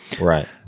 Right